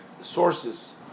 sources